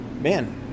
Man